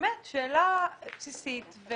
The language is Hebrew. באמת שאלה בסיסית.